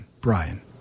Brian